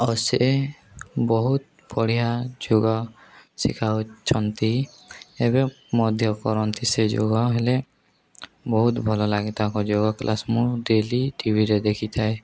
ଆଉ ସେ ବହୁତ ବଢ଼ିଆ ଯୋଗ ଶିଖାଉଛନ୍ତି ଏବେ ମଧ୍ୟ କରନ୍ତି ସେ ଯୋଗ ହେଲେ ବହୁତ ଭଲ ଲାଗେ ତାଙ୍କ ଯୋଗ କ୍ଲାସ୍ ମୁଁ ଡେଲି ଟିଭିରେ ଦେଖିଥାଏ